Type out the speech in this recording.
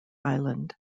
island